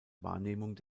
wahrnehmung